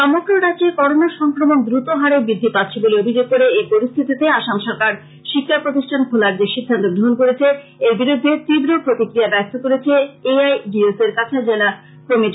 সমগ্র রাজ্যে করোনা সংক্রমণ দ্রুত হারে বৃদ্ধি পাচ্ছে বলে অভিযোগ করে এই পরিস্থিতিতে আসাম সরকার শিক্ষা প্রতিষ্ঠান খোলার যে সিদ্ধান্ত গ্রহন করেছে এর বিরূদ্ধে তীব্র প্রতিক্রিয়া ব্যক্ত করেছে এ আই ডি এস ওর কাছাড় জেলা কমিটি